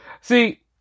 See